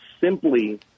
simply